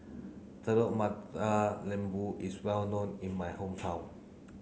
Telur Mata Lembu is well known in my hometown